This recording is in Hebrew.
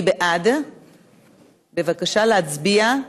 בבקשה להצביע.